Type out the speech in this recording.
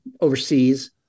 overseas